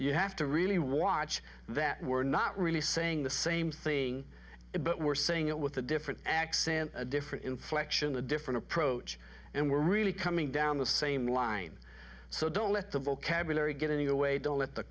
you have to really watch that we're not really saying the same thing but we're saying it with a different accent a different inflection a different approach and we're really coming down the same line so don't let the vocabulary get anyway don't let the